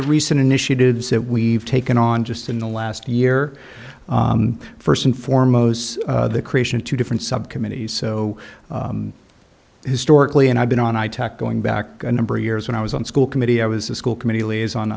the recent initiatives that we've taken on just in the last year first and foremost the creation of two different subcommittees so historically and i've been on itek going back to a number of years when i was on school committee i was a school committee liaison